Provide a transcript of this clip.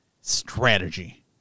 strategy